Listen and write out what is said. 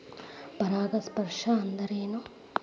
ಪರಾಗಸ್ಪರ್ಶ ಅಂದರೇನು?